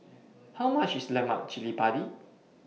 How much IS Lemak Cili Padi